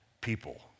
people